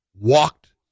walked